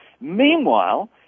Meanwhile